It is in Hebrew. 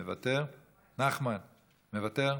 מוותר,